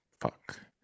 Fuck